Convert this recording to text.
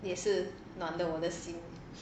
也是暖了我的心